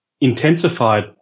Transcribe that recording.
intensified